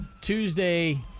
Tuesday